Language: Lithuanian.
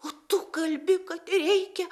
o tu kalbi kad reikia